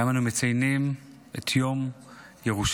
היום אנו מציינים את יום ירושלים,